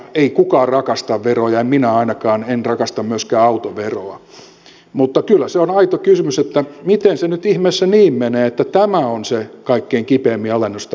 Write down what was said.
ei kukaan rakasta veroja en minä aikanaan en rakasta myöskään autoveroa mutta kyllä se on aito kysymys että miten se nyt ihmeessä niin menee että tämä on se kaikkein kipeimmin alennusta vaativa vero